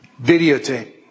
videotape